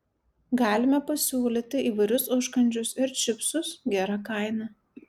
galime pasiūlyti įvairius užkandžius ir čipsus gera kaina